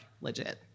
legit